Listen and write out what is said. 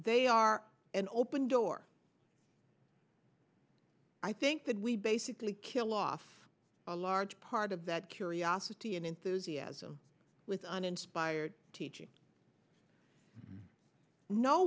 they are an open door i think that we basically kill off a large part of that curiosity and enthusiasm with uninspired teaching no